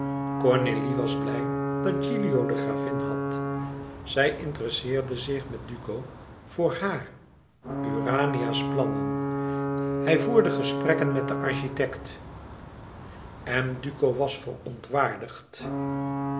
cornélie was blij dat gilio de gravin had zij interesseerde zich met duco voor haar urania's plannen hij voerde gesprekken met den architekt en duco was verontwaardigd